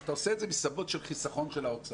אתה עושה את זה מסיבות של חסכון של האוצר.